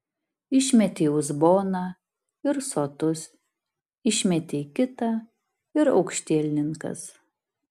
išmetei uzboną ir sotus išmetei kitą ir aukštielninkas